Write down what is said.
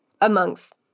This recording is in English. amongst